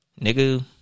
nigga